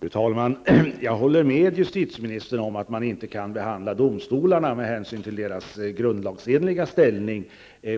Fru talman! Jag håller med justitieministern om att man inte kan behandla domstolarna med hänsyn till deras grundlagsenliga ställning